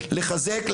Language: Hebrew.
כדי לחזק,